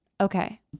Okay